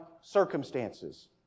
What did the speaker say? circumstances